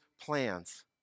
plans